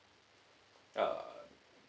uh